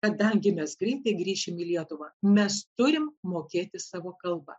kadangi mes greitai grįšim į lietuvą mes turime mokėti savo kalbą